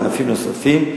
ובענפים נוספים,